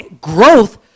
growth